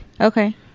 Okay